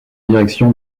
direction